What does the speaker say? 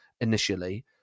initially